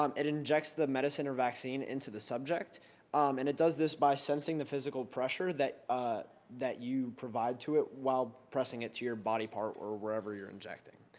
um it injects the medicine or vaccine into the subject and it does this by sensing the physical pressure that ah that you provide to it while pressing to your body part or wherever you're injecting.